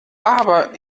aber